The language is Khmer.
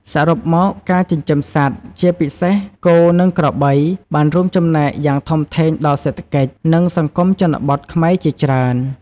សរុបមក ការចិញ្ចឹមសត្វ ជាពិសេសគោ និងក្របី បានរួមចំណែកយ៉ាងធំធេងដល់សេដ្ឋកិច្ច និងសង្គមជនបទខ្មែរជាច្រើន។